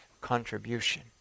contribution